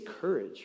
courage